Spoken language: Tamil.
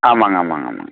ஆமாங்க ஆமாங்க ஆமாங்க